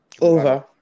Over